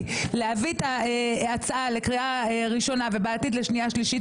להביא את ההצעה לקריאה ראשונה ובעתיד לשנייה שלישית,